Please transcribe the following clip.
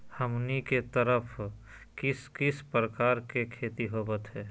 हमनी के तरफ किस किस प्रकार के खेती होवत है?